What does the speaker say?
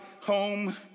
home